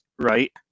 right